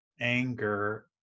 anger